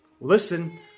Listen